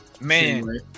man